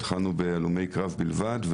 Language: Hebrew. התחלנו עם הלומי קרב בלבד,